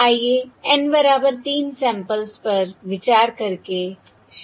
आइए N बराबर तीन सैंपल्स पर विचार करके शुरू करें